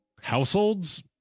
households